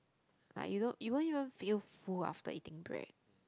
like you don't you won't even feel full after eating bread